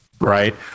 Right